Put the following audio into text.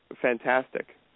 fantastic